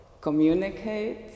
communicate